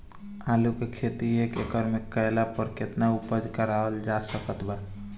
आलू के खेती एक एकड़ मे कैला पर केतना उपज कराल जा सकत बा?